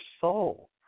soul